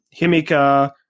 Himika